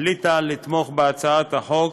החליטה לתמוך בהצעת החוק,